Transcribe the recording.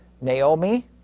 Naomi